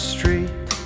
Street